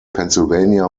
pennsylvania